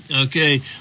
Okay